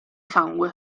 sangue